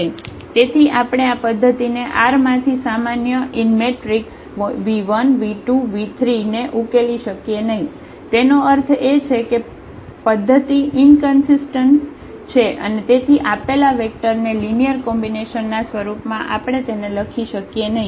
તેથી આપણે આ પદ્ધતિને R માંથી સામાન્ય v1 v2 v3 ને ઉકેલી શકીએ નહિ તેનો અર્થ એ છે કે પદ્ધતિ ઈનકન્સીસ્ટન્ટ છે અને તેથી આપેલા વેક્ટર ને લિનિયર કોમ્બિનેશનના સ્વરૂપમાં આપણે તેને લખી શકીએ નહિ